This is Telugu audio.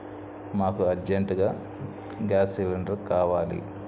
మాకు అర్జెంట్గా గ్యాస్ సిలిండర్ కావాలి